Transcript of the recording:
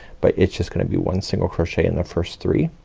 but it's just gonna be one single crochet in the first three.